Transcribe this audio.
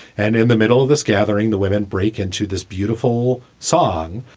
and in the middle of this gathering, the women break into this beautiful song,